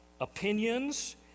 opinions